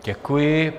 Děkuji.